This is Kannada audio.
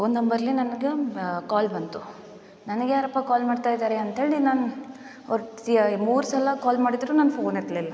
ಒಂದು ನಂಬರ್ಲಿ ನನಗೆ ಕಾಲ್ ಬಂತು ನನಗ್ಯಾರಪ್ಪ ಕಾಲ್ ಮಾಡ್ತ ಇದ್ದಾರೆ ಅಂತೇಳಿ ನಾನು ಅವರು ಸಿ ಐ ಮೂರು ಸಲ ಕಾಲ್ ಮಾಡಿದ್ರು ನಾನು ಫೋನ್ ಎತ್ಲಿಲ್ಲ